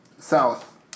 south